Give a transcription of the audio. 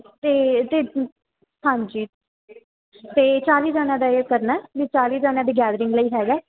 ਅਤੇ ਅਤੇ ਹਾਂਜੀ ਅਤੇ ਚਾਲ੍ਹੀ ਜਣਿਆਂ ਦਾ ਇਹ ਕਰਨਾ ਹੈ ਵੀ ਚਾਲੀ ਜਣਿਆਂ ਦੀ ਗੈਦਰਿੰਗ ਲਈ ਹੈਗਾ